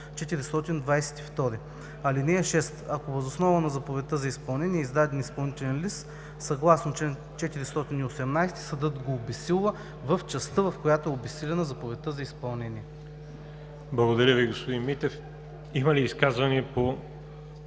Благодаря Ви, господин Митев. Има ли изказвания по